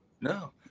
No